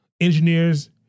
engineers